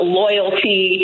loyalty